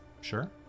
Sure